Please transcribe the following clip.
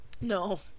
No